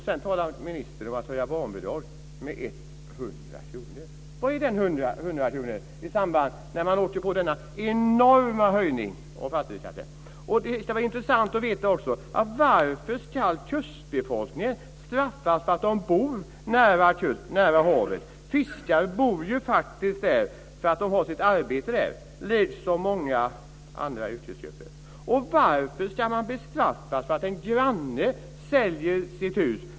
Sedan talar ministern om att höja barnbidraget med 100 kr. Vad är 100 kr när man åker på denna enorma höjning av fastighetsskatten? Det skulle vara intressant att få veta varför kustbefolkningen ska straffas för att de bor nära kusten, nära havet. Fiskare bor där för att de har sitt arbete där, liksom många andra yrkesgrupper. Varför ska man bestraffas för att en granne säljer sitt hus?